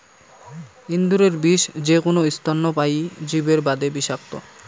এন্দুরের বিষ যেকুনো স্তন্যপায়ী জীবের বাদে বিষাক্ত,